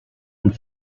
and